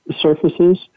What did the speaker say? surfaces